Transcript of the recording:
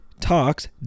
talks